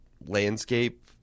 landscape